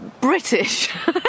British